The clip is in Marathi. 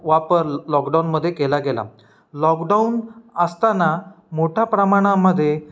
वापर लॉकडाऊनमध्ये केला गेला लॉकडाऊन असताना मोठ्या प्रमाणामध्ये